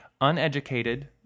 Uneducated